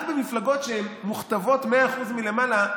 רק במפלגות שהן מוכתבות מאה אחוז מלמעלה,